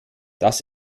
das